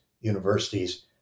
universities